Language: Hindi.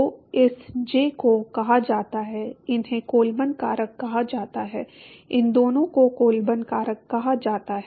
तो इस जे को कहा जाता है इन्हें कोलबर्न कारक कहा जाता है इन दोनों को कोलबर्न कारक कहा जाता है